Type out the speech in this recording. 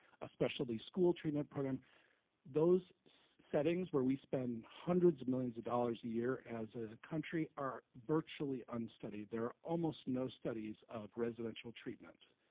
ah specialty school treatment program those settings where we spend hundreds of millions of dollars a year as a country are virtually unstudied. there are almost no studies of residential treatment.